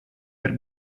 per